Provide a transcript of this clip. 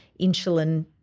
insulin